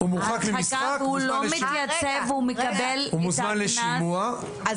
הוא מורחק ממשחק, הוא מוזמן לשימוע.